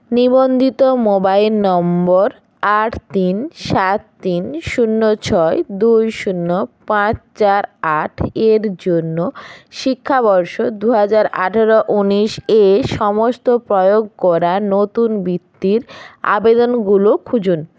নিবন্ধিত মোবাইল নম্বর আট তিন সাত তিন শূন্য ছয় দুই শূন্য পাঁচ চার আট এর জন্য শিক্ষাবর্ষ দু হাজার আঠারো উনিশ এ সমস্ত প্রয়োগ করা নতুন বৃত্তির আবেদনগুলো খুঁজুন